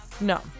No